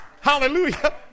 Hallelujah